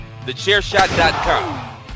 Thechairshot.com